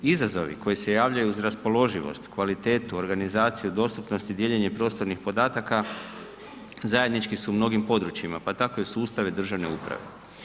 Izazovi koji se javljaju uz raspoloživost, kvalitetu, organizaciju dostupnost i dijeljenje prostornih podataka, zajednički su u mnogim područjima pa tako i u sustave državne uprave.